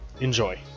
enjoy